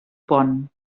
pont